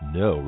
no